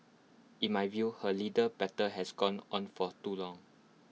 in my view her legal battle has gone on for too long